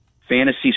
fantasy